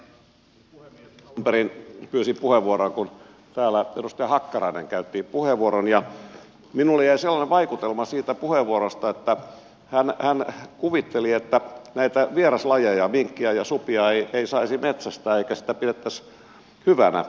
alun perin pyysin puheenvuoroa kun täällä edustaja hakkarainen käytti puheenvuoron ja minulle jäi sellainen vaikutelma siitä puheenvuorosta että hän kuvitteli että näitä vieraslajeja minkkiä ja supia ei saisi metsästää eikä sitä pidettäisi hyvänä